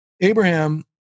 Abraham